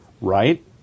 right